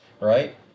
right